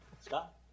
Scott